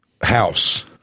house